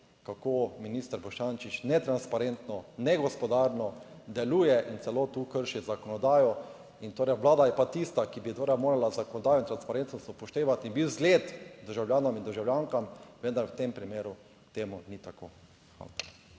kako minister Boštjančič netransparentno, negospodarno deluje in celo tu krši zakonodajo. In torej Vlada je pa tista, ki bi torej morala zakonodajo in transparentnost upoštevati in biti zgled državljanom in državljankam, vendar v tem primeru temu ni tako. Hvala.